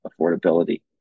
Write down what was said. affordability